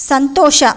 ಸಂತೋಷ